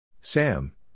Sam